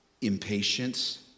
impatience